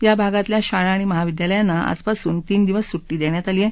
या भागातल्या शाळा आणि महाविद्यालयांना आजपासून तीन दिवस सुटी देण्यात आली आहे